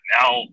Now